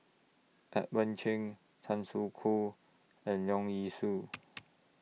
Edmund Cheng Tan Soo Khoon and Leong Yee Soo